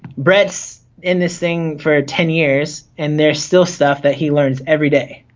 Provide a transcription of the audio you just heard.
brett in this thing for ten years and they're still stuff that he learns everyday.